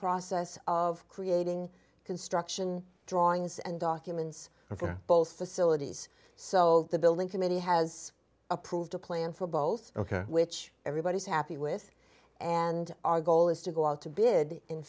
process of creating construction drawings and documents for both facilities so the building committee has approved a plan for both ok which everybody is happy with and our goal is to go out to bid in